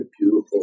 beautiful